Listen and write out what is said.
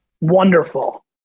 wonderful